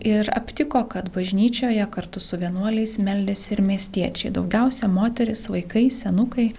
ir aptiko kad bažnyčioje kartu su vienuoliais meldėsi ir miestiečiai daugiausia moterys vaikai senukai